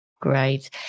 Great